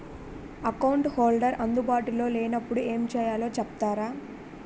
Account holder అందు బాటులో లే నప్పుడు ఎం చేయాలి చెప్తారా?